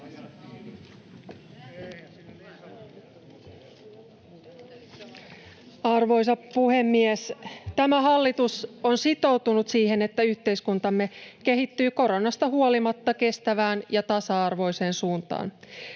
Arvoisa puhemies! Tämä hallitus on sitoutunut siihen, että yhteiskuntamme kehittyy koronasta huolimatta kestävään ja tasa-arvoiseen suuntaan.